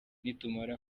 nitumara